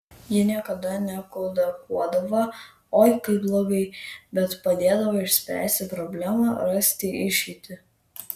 ji niekada nekudakuodavo oi kaip blogai bet padėdavo išspręsti problemą rasti išeitį